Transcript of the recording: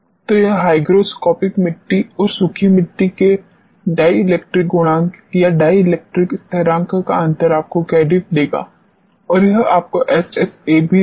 तो हाईग्रोस्कोपिक मिट्टी और सूखी मिट्टी के डिइलेक्ट्रिक गुणांक या डिइलेक्ट्रिक स्थिरांक का अंतर आपको kdiff देगा और यह आपको SSA भी देगा